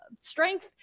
strength